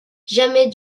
jamais